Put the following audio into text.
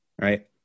right